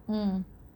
mm